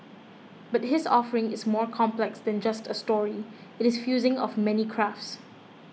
but his offering is more complex than just a story it is fusing of many crafts